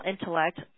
intellect